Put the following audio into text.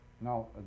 Now